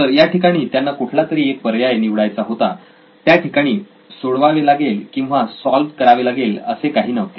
तर या ठिकाणी त्यांना कुठला तरी एक पर्याय निवडायचा होता त्या ठिकाणी सोडवावे लागेल किंवा सॉल्व्ह करावे लागेल असे काही नव्हते